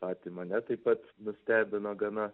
patį mane taip pat nustebino gana